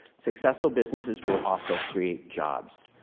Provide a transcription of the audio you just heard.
successful businesses will also create jobs.